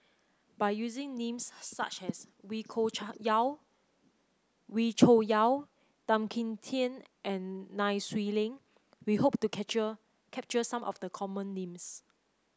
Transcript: by using names such as Wee Yaw Wee Cho Yaw Tan Kim Tian and Nai Swee Leng we hope to capture some of the common names